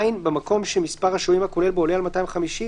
(ז)במקום שמספר השוהים הכולל בו עולה על 250 אנשים,